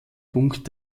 punkt